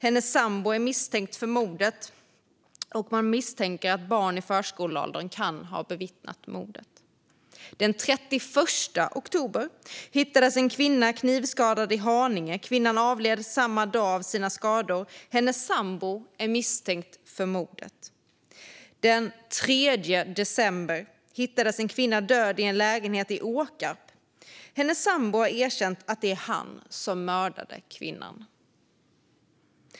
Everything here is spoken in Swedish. Hennes sambo är misstänkt för mordet, och man misstänker att barn i förskoleåldern kan ha bevittnat mordet. Den 31 oktober hittades en kvinna knivskadad i Haninge. Kvinnan avled samma dag av sina skador. Hennes sambo är misstänkt för mordet. Den 3 december hittades en kvinna död i en lägenhet i Åkarp. Hennes sambo har erkänt att det är han som mördat kvinnan.